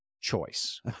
choice